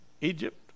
Egypt